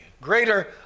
greater